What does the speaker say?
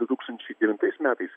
du tūkstančiai devintais metais